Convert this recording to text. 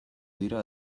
dira